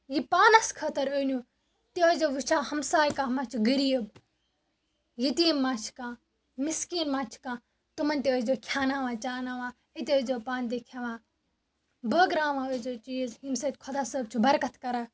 یہِ پانَس خٲطٕر أنیوٗ تہِ ٲسۍزیو وٕچھان ہمساے کانٛہہ ما چھِ غریٖب یتیٖم ما چھِ کانٛہہ مِسکیٖن ما چھِ کانٛہہ تِمَن تہِ ٲسۍزیو کھیٚاناوان چاناوان أتی ٲسۍزیو پانہٕ تہِ کھٮ۪وان بٲگراوان ٲسۍزیو چیٖز ییٚمۍ سۭتۍ خۄدا صٲب چھِ برکت کران